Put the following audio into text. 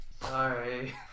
Sorry